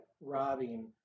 robbing